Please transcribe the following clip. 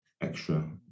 extra